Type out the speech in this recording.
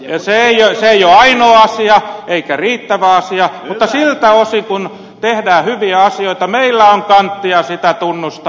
se ei ole ainoa asia eikä riittävä asia mutta siltä osin kuin tehdään hyviä asioita meillä on kanttia sitä tunnustaa